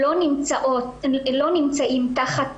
שלא נמצאים תחת